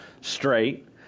straight